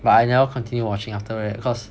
but I never continue watching after that cause